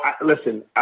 listen